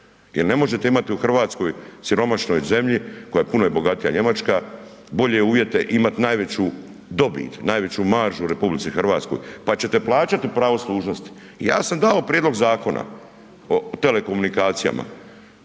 jer ne možete imati u Hrvatskoj, siromašnoj zemlji, puno je bogatija Njemačka, bolje uvjete, imat najveću dobit, najveću maržu u RH pa ćete plaćati pravo služnosti. Ja sam dao prijedlog Zakona o telekomunikacijama,